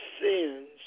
sins